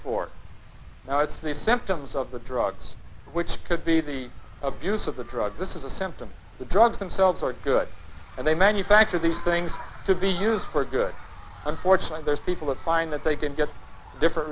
for now it's the symptoms of the drugs which could be the abuse of the drugs this is a symptom of the drugs themselves are good and they manufacture these things to be used for good unfortunately there are people that find that they can get different